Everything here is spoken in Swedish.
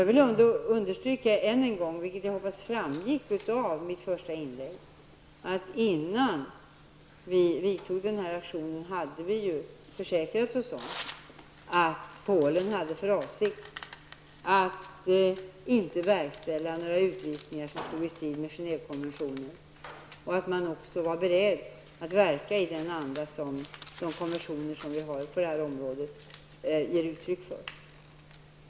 Jag vill än en gång understryka, vilket jag hoppas framgick av mitt första inlägg, att innan vi vidtog auktionen hade vi försäkrat oss om att Polen hade för avsikt att inte verkställa några utvisningar som stod i strid mot Genèvekonventionen och att man var beredd att verka i den anda som de konventioner som vi har på detta område ger uttryck för.